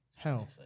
hell